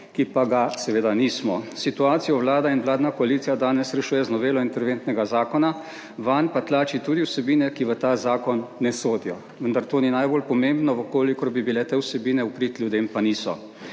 ki pa ga seveda nismo. Situacijo Vlada in vladna koalicija danes rešuje z novelo interventnega zakona, vanj pa tlači tudi vsebine, ki v ta zakon ne sodijo. Vendar to ni najbolj pomembno. V kolikor bi bile te vsebine v prid ljudem, pa niso,